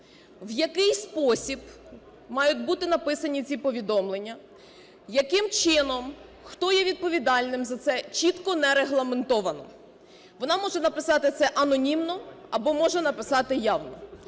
В який спосіб мають бути написані ці повідомлення, яким чином, хто є відповідальним за це, чітко не регламентовано. Вона може написати це анонімно або може написати явно.